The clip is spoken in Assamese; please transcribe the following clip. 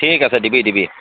ঠিক আছে দিবি দিবি